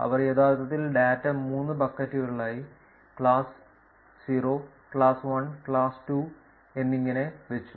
അവർ യഥാർത്ഥത്തിൽ ഡാറ്റ 3 ബക്കറ്റുകളായി ക്ലാസ് 0 ക്ലാസ് 1 ക്ലാസ് 2 എന്നിങ്ങനെ വെച്ചു